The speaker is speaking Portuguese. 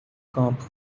campo